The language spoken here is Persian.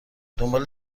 دنبال